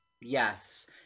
Yes